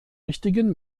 richtigen